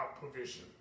provision